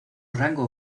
rango